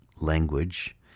language